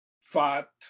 fat